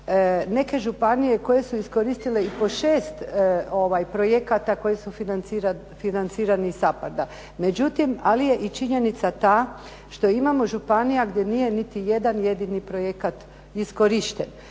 neke županije koje su iskoristile i po šest projekata koji su financirani iz SAPARD-a, međutim ali je i činjenica ta što imamo županija gdje nije niti jedan jedini projekat iskorišten.